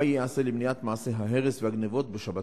3. מה ייעשה למניעת מעשי ההרס והגנבות בשבתות?